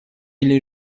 или